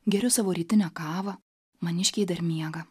geriu savo rytinę kavą maniškiai dar miega